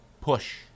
push